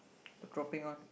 the dropping one